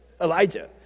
Elijah